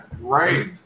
right